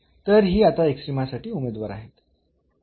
तर ही आता एक्स्ट्रीमा साठी उमेदवार आहेत